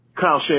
Kyle